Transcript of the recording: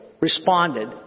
responded